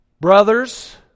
Brothers